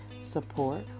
support